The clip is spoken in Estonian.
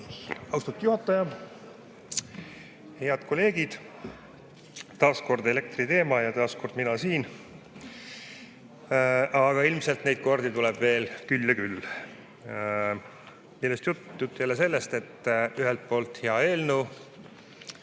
Austatud juhataja! Head kolleegid! Taas on elektriteema ja taas olen mina siin. Aga ilmselt neid kordi tuleb veel küll ja küll. Millest jutt? Jutt jälle sellest, et ühelt poolt hea eelnõu.